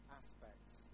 aspects